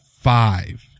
five